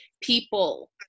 people